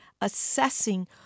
assessing